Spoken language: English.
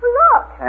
look